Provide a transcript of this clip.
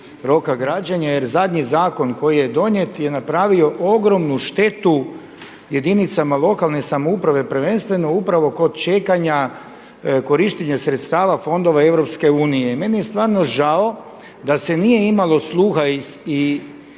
jer zadnji zakon koji je donijet je napravio ogromnu štetu jedinicama lokalne samouprave prvenstveno upravo kod čekanja korištenja sredstava fondova EU. I meni je stvarno žao da se nije imalo sluha i da